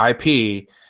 IP